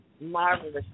Marvelous